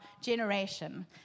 generation